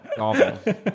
Awful